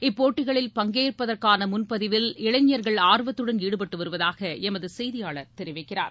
இப்போட்டிகளில் பங்கேற்பதற்கான முன்பதிவில் இளைஞர்கள் ஆர்வத்துடன் ஈடுபட்டு வருவதாக எமது செய்தியாளர் தெரிவிக்கிறார்